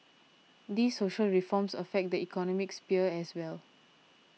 these social reforms affect the economic sphere as well